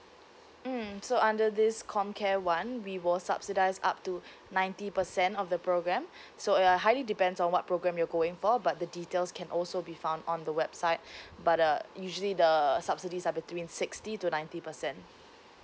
mm so under this com care one we will subsidise up to ninety percent of the program so uh highly depends on what program you're going for but the details can also be found on the website but uh usually the subsidies are between sixty to ninety percent